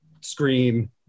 scream